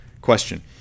question